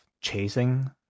chasing